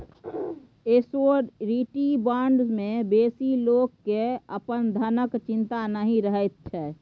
surety bond मे बेसी लोक केँ अपन धनक चिंता नहि रहैत छै